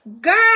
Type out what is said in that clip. girl